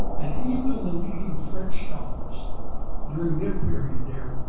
and even the leading french scholars during their period there,